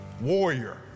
warrior